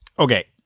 Okay